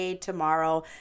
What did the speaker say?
tomorrow